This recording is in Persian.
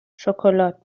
شکلات